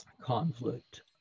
conflict